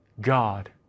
God